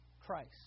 Christ